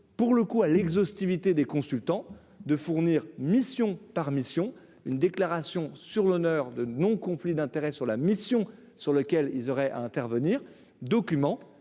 pour le coup à l'exhaustivité des consultants de fournir mission par mission, une déclaration sur l'honneur de non conflit d'intérêts sur la mission sur lequel ils auraient à intervenir, document,